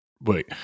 wait